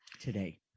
today